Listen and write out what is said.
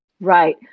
Right